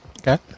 Okay